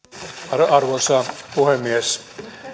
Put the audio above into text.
arvoisa puhemies